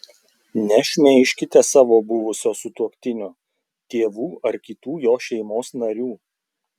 nešmeižkite savo buvusio sutuoktinio tėvų ar kitų jo šeimos narių